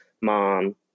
mom